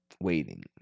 waiting